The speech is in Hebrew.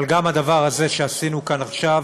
אבל גם הדבר הזה שעשינו כאן עכשיו